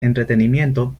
entretenimiento